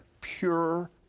Pure